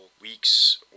weeks